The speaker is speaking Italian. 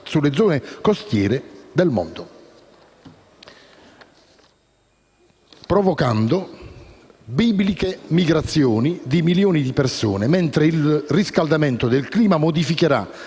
sulle zone costiere del mondo, provocando bibliche migrazioni di milioni di persone, mentre il riscaldamento del clima modificherà